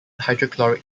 hydrochloric